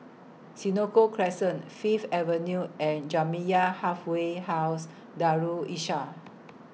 Senoko Crescent Fifth Avenue and Jamiyah Halfway House Darul Islah